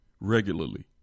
regularly